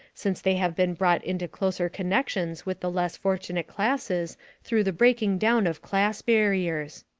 since they have been brought into closer connections with the less fortunate classes through the breaking down of class barriers.